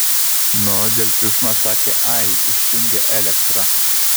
nu dėl triukšmo sakė ai išjungė elektrą